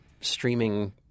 streaming